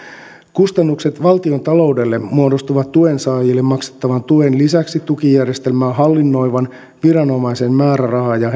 kustannukset valtiontaloudelle muodostuvat tuensaajille maksettavan tuen lisäksi tukijärjestelmää hallinnoivan viranomaisen määräraha ja